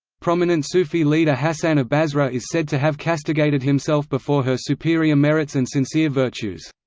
prominent sufi leader hasan of basra is said to have castigated himself before her superior merits and sincere virtues.